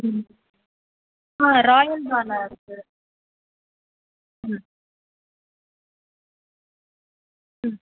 ம் ஆ ராயல்பாலா இருக்குது ம் ம்